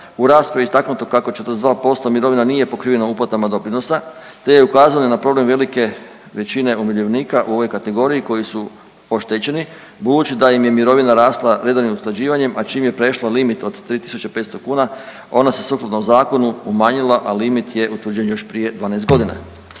U raspravi je istaknuto kako 42% mirovina nije pokriveno uplatama doprinosa, te je ukazano i na problem velike većine umirovljenika u ovoj kategoriji koji su oštećeni budući da im je mirovina rasla redovnim usklađivanjem, a čim je prešla limit od 3.500 kuna ona se sukladno zakonu umanjila, a limit je utvrđen još prije 12.g..